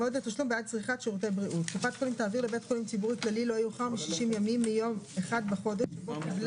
אמרו פה בתי חולים שהפנימיות מוצפות וזה כל יום 120%. אם כך הדבר,